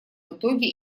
итоге